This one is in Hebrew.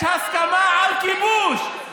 יש הסכמה על כיבוש,